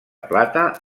plata